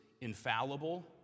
infallible